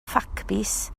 ffacbys